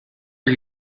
are